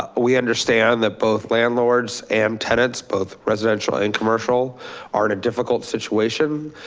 ah we understand that both landlords and tenants, both residential and commercial are in a difficult situation.